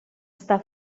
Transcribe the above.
està